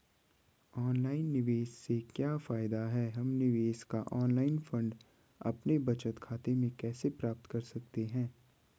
Online निवेश से क्या फायदा है हम निवेश का ऑनलाइन फंड अपने बचत खाते में कैसे प्राप्त कर सकते हैं?